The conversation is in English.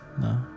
no